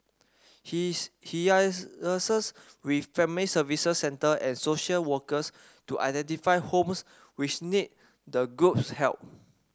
he is he liaises with family service centre and social workers to identify homes which need the group's help